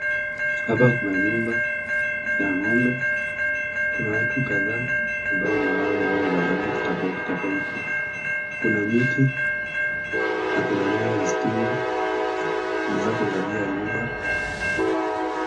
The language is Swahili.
Hapa kuna nyumba ya ng'ombe, kuna watu kadhaa ambao wamevaa nguo za rangi tofauti tofauti. Kuna miti na kuna nyaya ya stima unaeza kuangalia nyumba.